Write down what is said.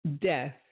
death